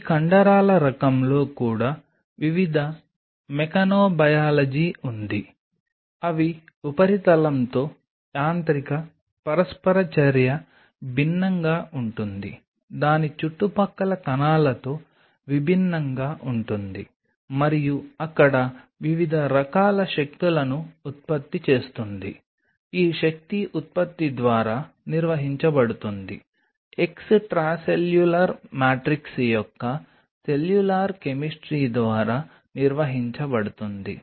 ఈ కండరాల రకంలో కూడా వివిధ మెకానోబయాలజీ ఉంది అవి ఉపరితలంతో యాంత్రిక పరస్పర చర్య భిన్నంగా ఉంటుంది దాని చుట్టుపక్కల కణాలతో విభిన్నంగా ఉంటుంది మరియు అక్కడ వివిధ రకాల శక్తులను ఉత్పత్తి చేస్తుంది ఈ శక్తి ఉత్పత్తి ద్వారా నిర్వహించబడుతుంది ఎక్స్ట్రాసెల్యులర్ మాట్రిక్స్ యొక్క సెల్యులార్ కెమిస్ట్రీ ద్వారా నిర్వహించబడుతుంది